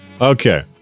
Okay